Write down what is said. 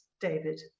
David